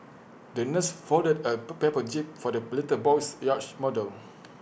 the nurse folded A per paper jib for the little boy's yacht model